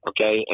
Okay